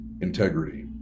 integrity